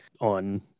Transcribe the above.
on